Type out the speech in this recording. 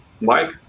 Mike